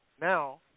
now